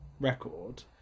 record